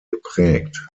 geprägt